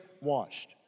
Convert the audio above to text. watched